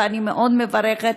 ואני מאוד מברכת.